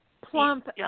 Plump